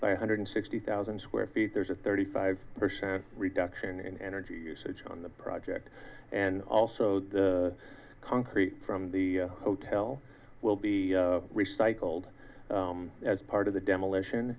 by hundred sixty thousand square feet there's a thirty five percent reduction in energy usage on the project and also the concrete from the hotel will be recycled as part of the demolition